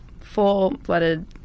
full-blooded